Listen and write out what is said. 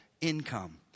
income